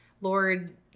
Lord